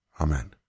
Amen